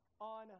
on